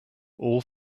all